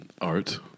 Art